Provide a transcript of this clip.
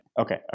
Okay